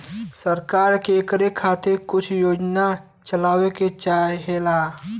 सरकार के इकरे खातिर कुछ योजना चलावे के चाहेला